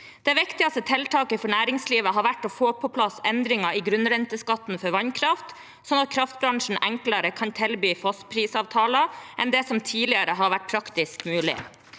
Det viktigste tiltaket for næringslivet har vært å få på plass endringer i grunnrenteskatten for vannkraft, slik at kraftbransjen kan tilby fastprisavtaler enklere enn det som tidligere har vært praktisk mulig.